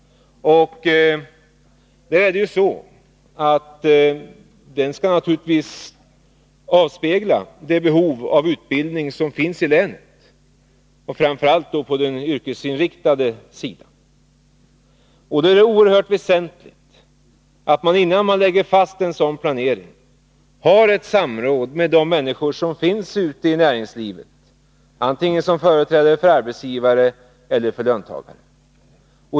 Den skall naturligtvis avspegla det behov av utbildning som finns i länet, framför allt på den yrkesinriktade sidan. Det är då oerhört väsentligt att man, innan man gör en sådan planering, har ett samråd med de människor som finns ute i näringslivet som är företrädare antingen för arbetsgivare eller för löntagare.